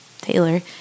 Taylor